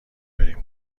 بریم